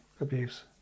abuse